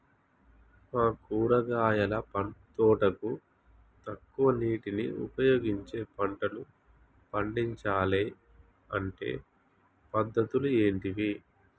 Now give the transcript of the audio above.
మా కూరగాయల తోటకు తక్కువ నీటిని ఉపయోగించి పంటలు పండించాలే అంటే పద్ధతులు ఏంటివి?